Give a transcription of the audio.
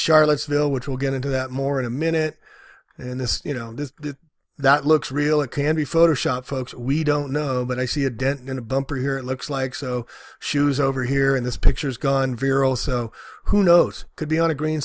charlottesville which we'll get into that more in a minute and this you know this did that looks real it can be photoshop folks we don't know but i see a dent in the bumper here it looks like so shoes over here in this picture is gone vir also who knows could be on a green